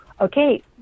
Okay